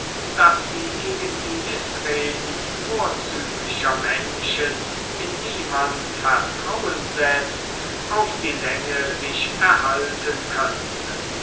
daß sie gegen die mißreden vorzüglicher menschen in die man vertrauen setzt auf die länge sich erhalten könnte